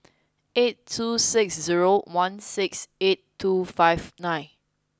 eight two six zero one six eight two five nine